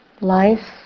life